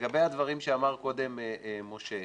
לגבי הדברים שאמר קודם משה,